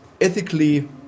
ethically